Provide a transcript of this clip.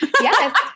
Yes